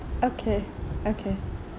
okay okay